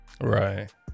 right